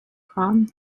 hunt